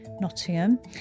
Nottingham